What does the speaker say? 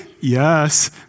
Yes